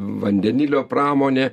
vandenilio pramonė